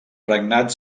regnat